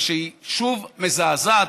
ושהיא שוב מזעזעת,